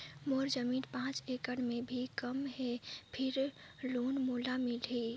मोर जमीन पांच एकड़ से भी कम है फिर लोन मोला मिलही?